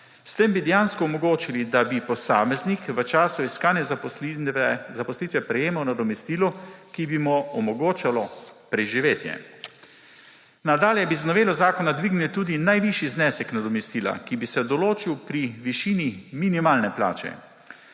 S tem bi dejansko omogočili, da bi posameznik v času iskanja zaposlitve prejemal nadomestilo, ki bi mu omogočalo preživetje. Nadalje bi z novelo zakona dvignili tudi najvišji znesek nadomestila, ki bi se določil pri višini minimalne plače.